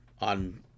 on